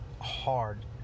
hard